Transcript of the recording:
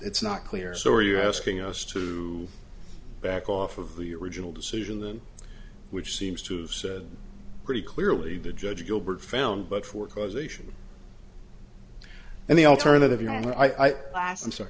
it's not clear so are you asking us to back off of the original decision which seems to said pretty clearly the judge gilbert found but for causation and the alternative you and i saw last